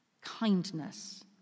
kindness